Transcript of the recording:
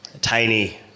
tiny